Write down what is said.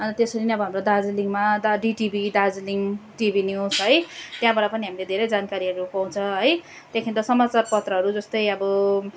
त्यसरी नै अब हाम्रो दार्जिलिङमा the DTV Darjeeling TV news है त्यहाँबाट पनि हामीले धेरै जानकारीहरू पाउँछ है त्यहाँदेखि त समाचार पत्रहरू जस्तै अब